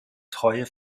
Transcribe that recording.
treue